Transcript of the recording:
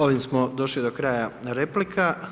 Ovim smo došli do kraja replika.